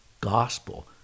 gospel